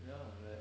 ya like